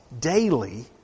daily